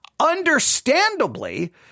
understandably